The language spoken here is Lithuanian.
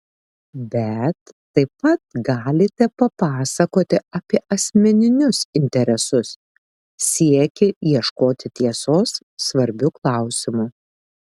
bet taip pat galite papasakoti apie asmeninius interesus siekį ieškoti tiesos svarbiu klausimu